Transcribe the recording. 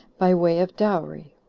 by way of dowry.